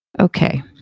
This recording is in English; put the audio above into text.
Okay